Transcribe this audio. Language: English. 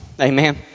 Amen